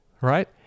right